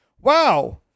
Wow